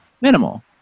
minimal